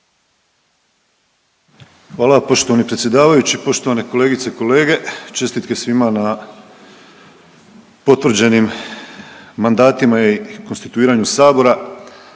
Hvala poštovani predsjedavajući. Poštovane kolegice i kolege, čestitke svima na potvrđenim mandatima i konstituiranju sabora.